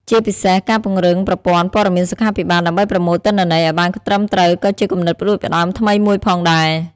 ជាពិសេស ការពង្រឹងប្រព័ន្ធព័ត៌មានសុខាភិបាលដើម្បីប្រមូលទិន្នន័យឱ្យបានត្រឹមត្រូវក៏ជាគំនិតផ្តួចផ្តើមថ្មីមួយផងដែរ។